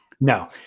No